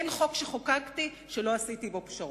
אין חוק שחוקקתי שלא עשיתי בו פשרות.